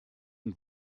und